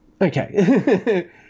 okay